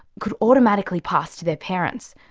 could automatically pass to their parents,